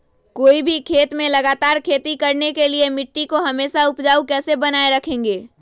कोई भी खेत में लगातार खेती करने के लिए मिट्टी को हमेसा उपजाऊ कैसे बनाय रखेंगे?